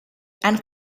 and